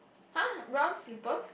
!huh! brown slippers